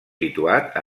situat